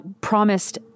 promised